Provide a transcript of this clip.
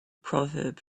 proverb